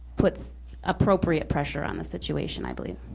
puts appropriate pressure on the situation, i believe,